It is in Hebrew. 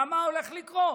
מה הולך לקרות?